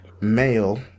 male